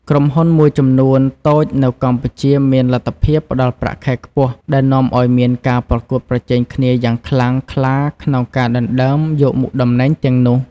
ក្រុមហ៊ុនមួយចំនួនតូចនៅកម្ពុជាមានលទ្ធភាពផ្ដល់ប្រាក់ខែខ្ពស់ ដែលនាំឱ្យមានការប្រកួតប្រជែងគ្នាយ៉ាងខ្លាំងក្លាក្នុងការដណ្ដើមយកមុខតំណែងទាំងនោះ។